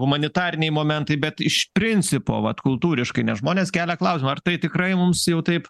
humanitariniai momentai bet iš principo vat kultūriškai nes žmonės kelia klausimą ar tai tikrai mums jau taip